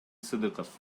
сыдыков